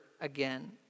again